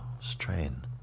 strain